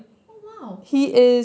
oh !wow!